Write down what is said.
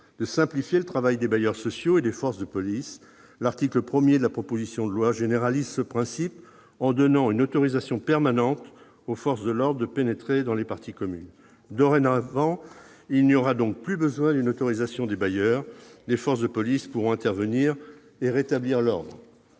de simplifier le travail des bailleurs sociaux et des forces de police, l'article 1 de la proposition de loi généralise ce principe en donnant une autorisation permanente aux forces de l'ordre de pénétrer dans les parties communes. Dorénavant, il n'y aura donc plus besoin d'une autorisation des bailleurs. Les forces de police pourront intervenir et rétablir l'ordre.